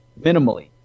minimally